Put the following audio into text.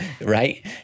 Right